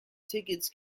tickets